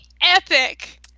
epic